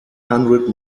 hundred